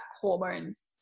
hormones